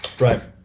Right